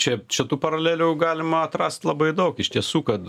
čia čia tų paralelių galima atrast labai daug iš tiesų kad